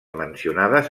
mencionades